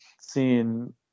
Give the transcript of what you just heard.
seeing